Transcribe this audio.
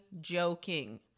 joking